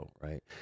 right